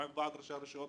לא עם ועד ראשי הרשויות,